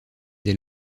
des